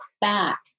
back